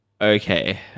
Okay